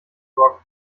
bock